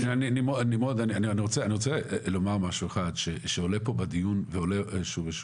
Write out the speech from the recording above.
אני רוצה לומר משהו אחד שעולה פה בדיון שוב ושוב,